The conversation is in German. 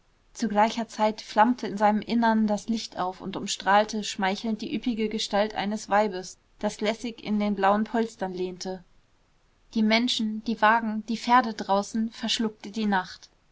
zu gleicher zeit flammte in seinem innern das licht auf und umstrahlte schmeichelnd die üppige gestalt eines weibes das lässig in den blauen polstern lehnte die menschen die wagen die pferde draußen verschluckte die nacht